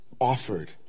offered